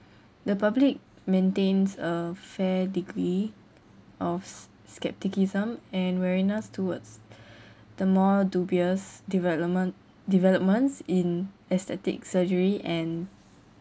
the public maintains a fair degree of scepticism and weariness towards the more dubious development developments in aesthetic surgery and